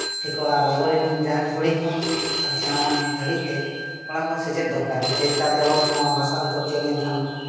ᱴᱷᱤᱠᱚᱜᱼᱟ ᱟᱨ ᱟᱵᱚᱨᱮᱱ ᱡᱟᱦᱟᱸᱭ ᱜᱮ ᱦᱩᱰᱤᱧ ᱠᱷᱚᱱ ᱟᱨ ᱥᱮᱬᱟ ᱫᱷᱟᱹᱵᱤᱡ ᱛᱮ ᱚᱱᱟ ᱠᱚᱦᱚᱸ ᱥᱮᱪᱮᱫ ᱫᱚᱨᱠᱟᱨ ᱜᱮ ᱪᱤᱠᱟᱹᱛᱮ ᱟᱵᱚᱣᱟᱜ ᱱᱚᱣᱟ ᱵᱷᱟᱥᱟ ᱱᱤᱛᱚᱜ ᱪᱮᱫ ᱞᱮᱱᱠᱷᱟᱱ